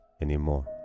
anymore